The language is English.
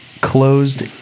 closed